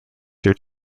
their